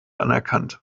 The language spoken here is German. anerkannt